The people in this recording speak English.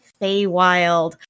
Feywild